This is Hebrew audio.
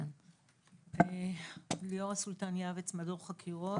אני ממדור חקירות.